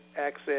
access